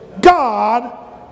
God